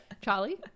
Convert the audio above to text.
charlie